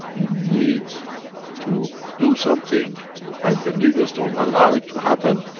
it needs to do something and the leaders don't allow it to happen.